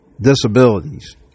disabilities